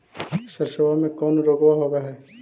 सरसोबा मे कौन रोग्बा होबय है?